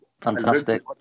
Fantastic